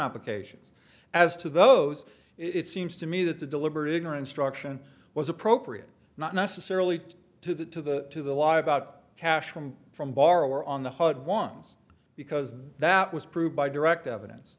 applications as to those it seems to me that the deliberate ignorance struction was appropriate not necessarily to the to the to the law about cash from from borrower on the hard ones because that was proved by direct evidence